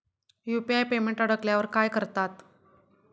UPI payment अडकल्यावर काय करतात?